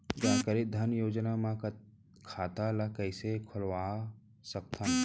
जानकारी धन योजना म खाता ल कइसे खोलवा सकथन?